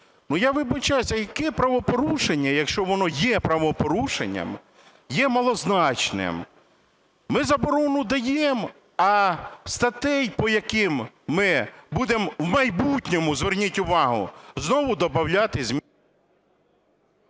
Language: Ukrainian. я вибачаюсь, яке правопорушення, якщо воно є правопорушенням, є малозначним? Ми заборону даємо, а статей, по яким ми будемо у майбутньому, зверніть увагу, знову добавляти…